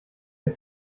mit